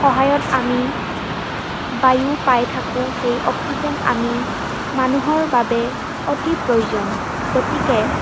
সহায়ত আমি বায়ু পাই থাকোঁ সেই অক্সিজেন আমি মানুহৰ বাবে অতি প্ৰয়োজন গতিকে